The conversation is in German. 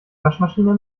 waschmaschine